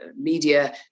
media